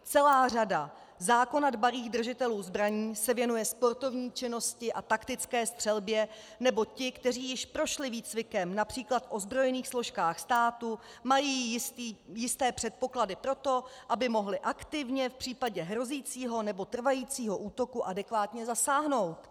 Celá řada zákona dbalých držitelů zbraní se věnuje sportovní činnosti a taktické střelbě, nebo ti, kteří již prošli výcvikem například v ozbrojených složkách státu, mají jisté předpoklady pro to, aby mohli aktivně v případě hrozícího nebo trvajícího útoku adekvátně zasáhnout.